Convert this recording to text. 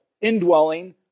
indwelling